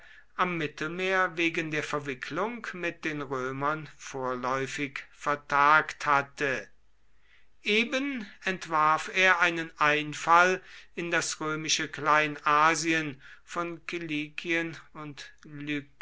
am mittelmeer wegen der verwicklung mit den römern vorläufig vertagt hatte eben entwarf er einen einfall in das römische kleinasien von kilikien und